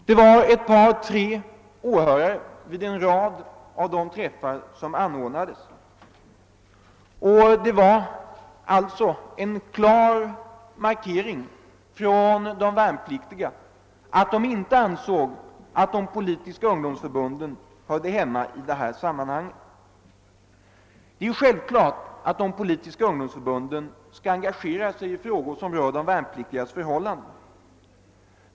Det var ett par tre åhörare vid flera av träffarna — alltså en klar markering från de värnpliktiga att de inte ansåg att de politiska ungdomsförbunden hörde hemma i detta sammanhang. Det är självklart att de politiska ungdomsförbunden skall engagera sig i frågor som rör de värnpliktigas förhållanden.